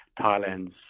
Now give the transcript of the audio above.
Thailand's